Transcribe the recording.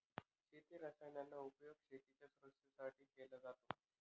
शेती रसायनांचा उपयोग शेतीच्या सुरक्षेसाठी केला जातो